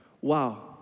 Wow